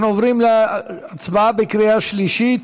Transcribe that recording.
אנחנו עוברים להצבעה בקריאה שלישית.